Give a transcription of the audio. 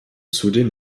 zudem